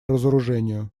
разоружению